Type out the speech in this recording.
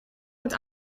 met